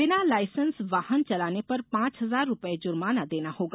बिना लाइसेंस वाहन चलाने पर पांच हजार रुपये जुर्माना देना होगा